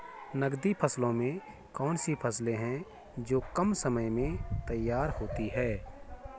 नकदी फसलों में कौन सी फसलें है जो कम समय में तैयार होती हैं?